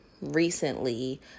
recently